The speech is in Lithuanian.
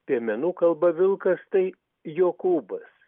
piemenų kalba vilkas tai jokūbas